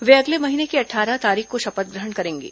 वे अगले महीने की अट्ठारह तारीख को शपथ ग्रहण करेंगे